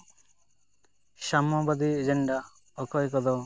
ᱥᱟᱢᱢᱚᱵᱟᱫᱤ ᱮᱡᱮᱱᱰᱟ ᱚᱠᱚᱭ ᱠᱚᱫᱚ